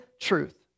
truth